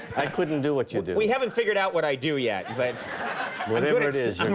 i couldn't do what you do. we haven't figured out what i do yet. but whatever it is,